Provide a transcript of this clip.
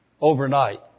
overnight